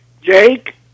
Jake